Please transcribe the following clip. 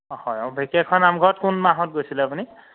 অঁ হয় অঁ ঢেকীয়াখোৱা নামঘৰত কোন মাহত গৈছিলে আপুনি